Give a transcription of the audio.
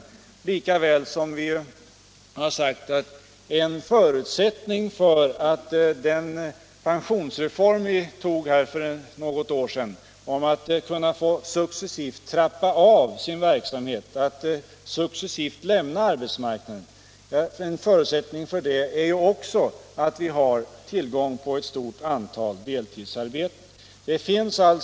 Deltidsarbeten är också en förutsättning för den pensionsreform, som vi fattade beslut om för något år sedan och som ger arbetstagarna möjlighet att successivt trappa av sin verksamhet och successivt lämna arbetsmarknaden. Det är alltså många fördelar med att vi har tillgång till ett stort antal deltidsarbeten.